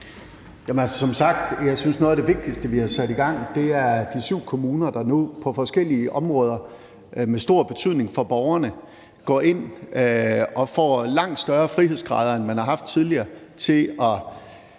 som sagt synes jeg, at noget af det vigtigste, vi har sat i gang, er de syv kommuner, der nu på forskellige områder med stor betydning for borgerne går ind og får langt større frihedsgrader, end man har haft tidligere, til at